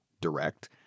direct